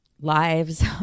lives